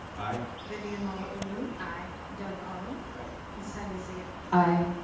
i. vivian malauulu. i. doug otto. i. and sunny zia. i.